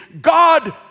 God